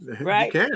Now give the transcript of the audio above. Right